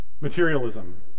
Materialism